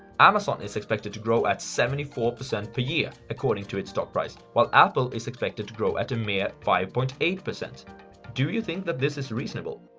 amazon is expected to grow at seventy four percent per year according to its stock price, while apple is expected to grow at a mere five point eight. do you think that this is reasonable?